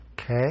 Okay